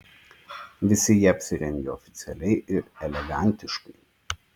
visi jie apsirengę oficialiai ir elegantiškai